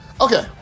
Okay